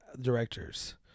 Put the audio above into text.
directors